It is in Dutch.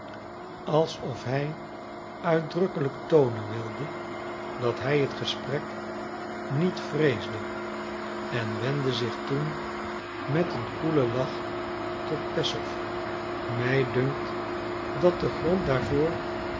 alsof hij uitdrukkelijk toonen wilde dat hij het gesprek niet vreesde en wendde zich toen met een koelen lach tot peszow mij dunkt dat de grond daarvoor